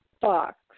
box